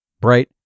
bright